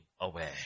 away